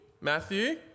Matthew